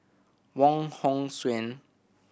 Wong Hong Suen